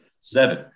seven